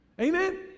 Amen